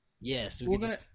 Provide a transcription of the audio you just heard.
Yes